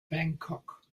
bangkok